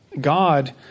God